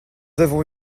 avons